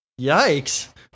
Yikes